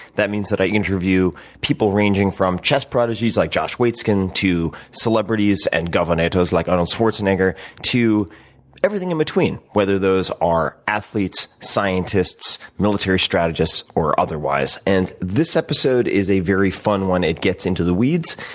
that means that i interview people ranging from chess prodigies like josh waitzkin to celebrities and governators like arnold schwarzenegger to everything in between, whether those are athletes, scientists, military strategists, or otherwise. and this episode is a very fun one. it gets into the weeds.